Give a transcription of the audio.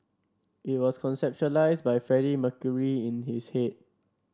it was conceptualised by Freddie Mercury in his head